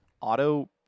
Auto